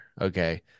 Okay